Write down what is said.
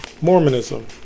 mormonism